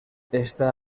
està